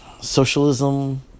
Socialism